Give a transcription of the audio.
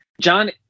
John